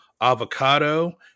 Avocado